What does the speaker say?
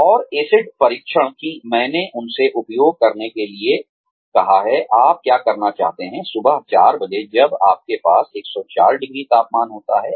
और एसिड परीक्षण कि मैंने उनसे उपयोग करने के लिए कहा है आप क्या करना चाहते हैं सुबह 4 बजे जब आपके पास 104 डिग्री तापमान होता है